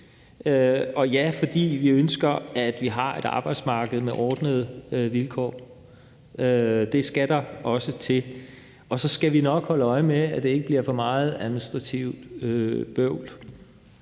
ja, fordi vi ønsker, at vi har et arbejdsmarked med ordnede vilkår. Det skal der også til, og så skal vi nok holde øje med, at der ikke bliver for meget administrativt bøvl.